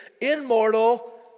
immortal